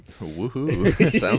Woohoo